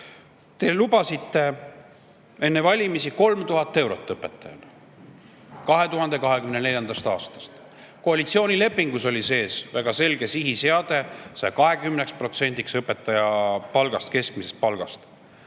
Te lubasite enne valimisi 3000 eurot õpetajale 2024. aastast. Koalitsioonilepingus oli sees väga selge sihiseade: õpetaja palgaks 120% keskmisest palgast.